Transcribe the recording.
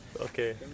Okay